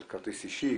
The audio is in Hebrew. על כרטיס אישי,